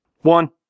One